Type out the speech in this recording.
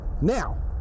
now